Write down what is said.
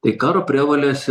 tai karo prievolės